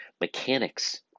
mechanics